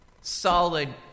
solid